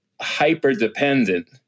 hyper-dependent